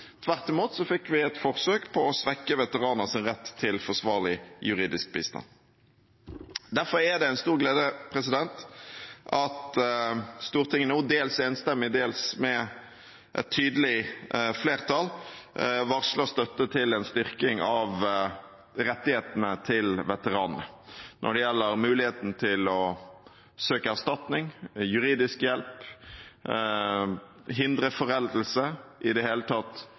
Tvert imot fikk vi et forsøk på å svekke veteraners rett til forsvarlig juridisk bistand. Derfor er det en stor glede at Stortinget nå – dels enstemmig, dels med et tydelig flertall – varsler støtte til en styrking av rettighetene til veteranene når det gjelder muligheten til å søke erstatning, søke juridisk hjelp, hindre foreldelse – i det hele tatt